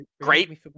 Great